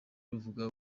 ruvuga